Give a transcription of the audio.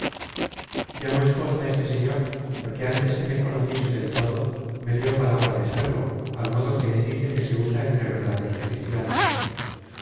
llamo esposo á este señor porque antes que me conociese del todo me dió palabra de serlo al modo que él dice que se usa entre verdaderos cristianos